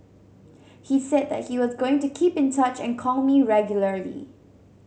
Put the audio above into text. he said that he was going to keep in touch and call me regularly